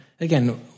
again